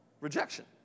Rejection